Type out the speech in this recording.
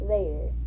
Vader